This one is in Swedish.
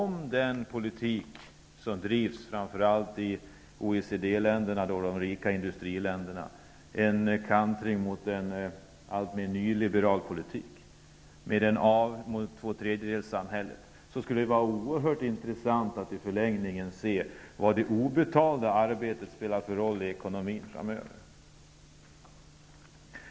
Med den politik som drivs framför allt i OECD-länderna, de rika industriländerna, med en kantring mot allt mer nyliberal politik och ett tredjedelssamhälle, skulle det vara oerhört intressant att i förlängningen se vad det obetalda arbetet kommer att spela för roll i ekonomin framöver.